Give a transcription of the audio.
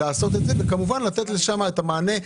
לעשות את זה וכמובן לתת לשם את המענה הרחב.